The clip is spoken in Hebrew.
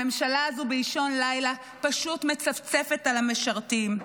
הממשלה הזו באישון לילה פשוט מצפצפת על המשרתים.